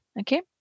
okay